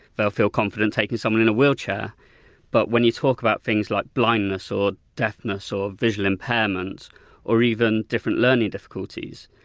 they'll feel confident taking someone in a wheelchair but when you talk about things like blindness or deafness or visual impairment or even different learning difficulties,